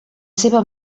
seva